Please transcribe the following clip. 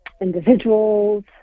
individuals